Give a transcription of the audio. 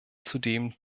zudem